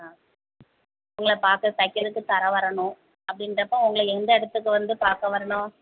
ஆ உங்களை பார்க்க தைக்கிறதுக்கு தர வரணும் அப்படின்றப்ப உங்களை எந்த இடத்துக்கு வந்து பார்க்க வரணும்